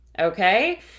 Okay